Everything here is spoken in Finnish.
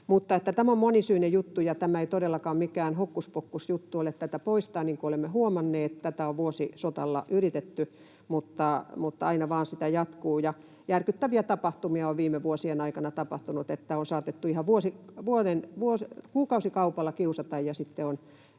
tämä on monisyinen juttu, ja ei todellakaan ole mikään hokkuspokkusjuttu tätä poistaa, niin kuin olemme huomanneet. Tätä on vuositasolla yritetty, mutta aina vain se jatkuu. Järkyttäviä tapahtumia on viime vuosien aikana tapahtunut: on saatettu ihan kuukausikaupalla kiusata ja sitten on